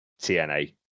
TNA